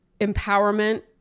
empowerment